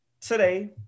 today